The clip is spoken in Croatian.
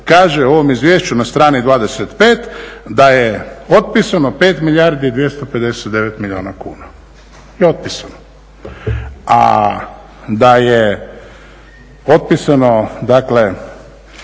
Kaže u ovom izvješću na strani 25. da je otpisano 5 milijardi i 259 milijuna kuna. A da je otpisano dakle